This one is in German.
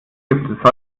gibt